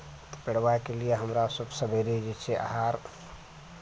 परबाके लिए हमरा सभ सवेरे जे छै आहार